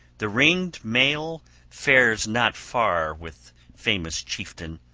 the ringed mail fares not far with famous chieftain,